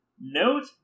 Note